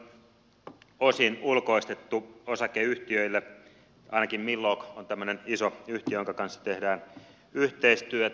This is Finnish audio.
puolustusvoimien kunnossapitoa on osin ulkoistettu osakeyhtiöille ainakin millog on tämmöinen iso yhtiö jonka kanssa tehdään yhteistyötä